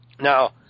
Now